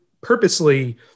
purposely